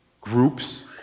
groups